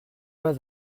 pas